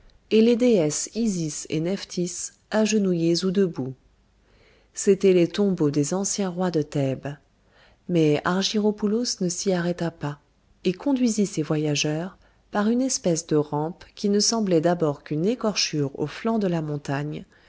et les déesses isis et nephtys agenouillées ou debout c'étaient les tombeaux des anciens rois de thèbes mais argyropoulos ne s'y arrêta pas et conduisit ses voyageurs par une espèce de rampe qui ne semblait d'abord qu'une écorchure au flanc de la montagne